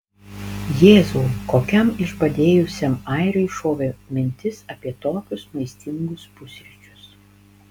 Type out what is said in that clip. jėzau kokiam išbadėjusiam airiui šovė mintis apie tokius maistingus pusryčius